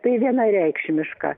tai vienareikšmiška